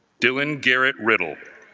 dylan garrett riddle